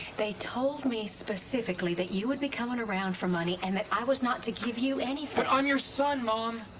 they told me specifically that you would be comin' around for money. and that i was not to give you anything. but i'm your son, mom.